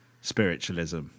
spiritualism